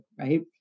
right